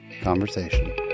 Conversation